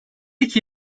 iki